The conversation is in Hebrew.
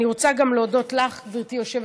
אני רוצה להודות גם לך, גברתי היושבת-ראש.